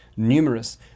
Numerous